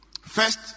First